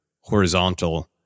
horizontal